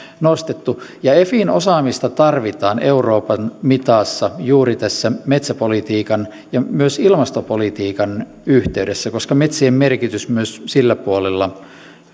nostettu ja efin osaamista tarvitaan euroopan mitassa juuri tässä metsäpolitiikan ja myös ilmastopolitiikan yhteydessä koska metsien merkitys myös sillä puolella